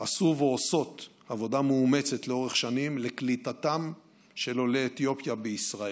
עשו ועושות עבודה מאומצת לאורך שנים לקליטתם של עולי אתיופיה בישראל.